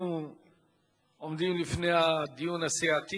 אנחנו עומדים לפני הדיון הסיעתי.